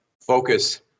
focus